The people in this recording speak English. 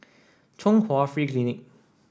Chung Hwa Free Clinic